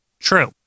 True